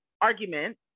argument